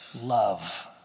Love